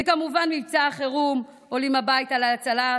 וכמובן, מבצע החירום "עולים הביתה" להצלת